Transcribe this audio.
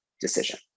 decision